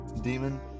Demon